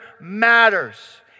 matters